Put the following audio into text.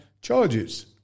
charges